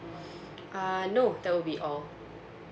uh no that will be all